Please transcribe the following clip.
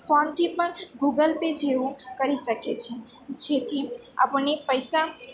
ફોનથી પણ Google Pay જેવું કરી શકીએ છીએ જેથી આપણને પૈસા